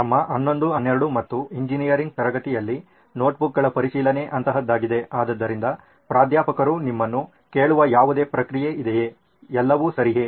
ನಮ್ಮ 11 12 ಮತ್ತು ಎಂಜಿನಿಯರಿಂಗ್ ತರಗತಿಯಲ್ಲಿ ನೋಟ್ಬುಕ್ಗಳ ಪರಿಶೀಲನೆ ಅಂತಹದ್ದಾಗಿದೆ ಆದ್ದರಿಂದ ಪ್ರಾಧ್ಯಾಪಕರು ನಿಮ್ಮನ್ನು ಕೇಳುವ ಯಾವುದೇ ಪ್ರಕ್ರಿಯೆ ಇದೆಯೇ ಎಲ್ಲವೂ ಸರಿಯೇ